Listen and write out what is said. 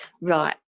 right